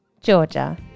Georgia